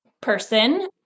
person